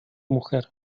mujer